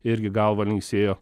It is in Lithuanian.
irgi galva linksėjo